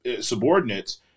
subordinates